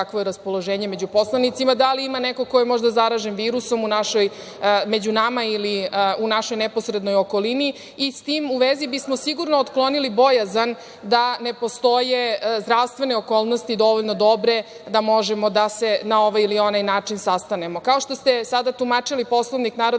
da li ima nekog ko je možda zaražen virusom među nama ili u našoj neposrednoj okolini. S tim u vezi bismo sigurno otklonili bojazan da ne postoje zdravstvene okolnosti dovoljno dobre da možemo da se na ovaj ili onaj način sastanemo. Kao što ste sada tumačili Poslovnik Narodne